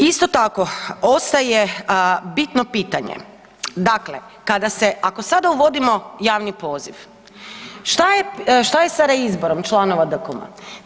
Isto tako ostaje bitno pitanje, dakle kada se, ako sada uvodimo javni poziv šta je, šta je sa reizborom članova DKOM-a?